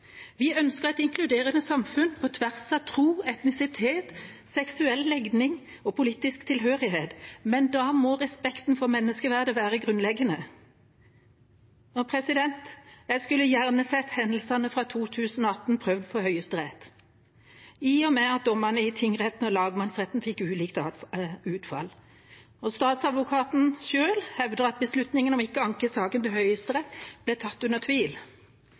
Vi ønsker et inkluderende samfunn på tvers av tro, etnisitet, seksuell legning og politisk tilhørighet. Men da må respekten for menneskeverdet være grunnleggende. Jeg skulle gjerne sett hendelsene fra 2018 prøvd for Høyesterett, i og med at dommene i tingretten og lagmannsretten fikk ulikt utfall. Statsadvokaten selv hevder at beslutningen om ikke å anke saken til Høyesterett ble tatt under tvil.